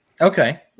Okay